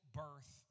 birth